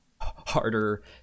harder